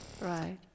right